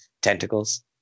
tentacles